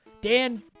Dan